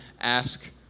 ask